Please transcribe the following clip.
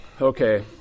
Okay